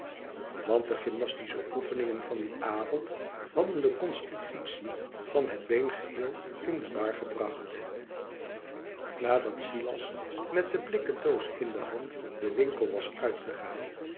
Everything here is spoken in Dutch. want de gymnastische oefeningen van dien avond hadden de constitutie van het been geheel in de war gebracht nadat silas met de blikken doos in de hand den winkel was uitgegaan